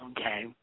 Okay